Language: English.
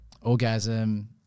Orgasm